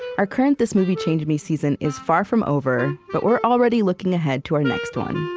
our current this movie changed me season is far from over, but we're already looking ahead to our next one.